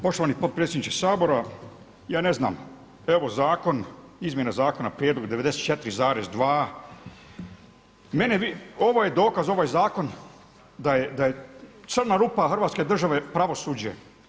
Poštovani potpredsjedniče Sabora, ja ne znam evo izmjene zakona prijedlog 94,2 ovo je dokaz ovaj zakon da je crna rupa Hrvatske države pravosuđe.